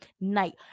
night